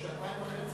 אדוני היושב